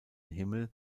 himmel